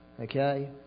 okay